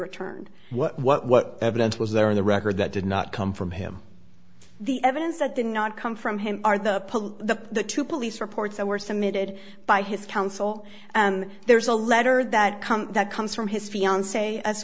returned what what what evidence was there in the record that did not come from him the evidence that the not come from him are the police the police reports that were submitted by his counsel and there's a letter that come that comes from his fiance as